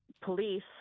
police